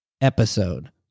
episode